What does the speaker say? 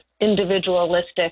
individualistic